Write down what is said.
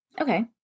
okay